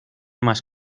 más